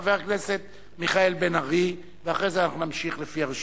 חבר הכנסת מיכאל בן-ארי, ונמשיך לפי הרשימה.